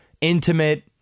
intimate